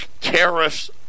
tariffs